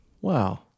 Wow